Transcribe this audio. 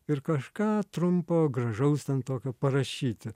ir kažką trumpo gražaus ten tokio parašyti